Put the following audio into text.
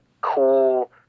cool